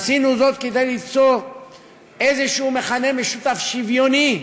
עשינו זאת כדי ליצור איזה מכנה משותף שוויוני,